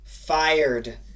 Fired